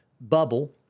bubble